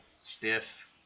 stiff